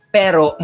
pero